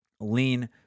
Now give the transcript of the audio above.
lean